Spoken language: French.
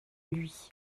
lui